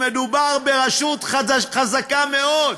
מדובר ברשות חזקה מאוד,